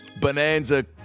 bonanza